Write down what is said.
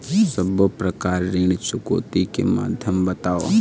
सब्बो प्रकार ऋण चुकौती के माध्यम बताव?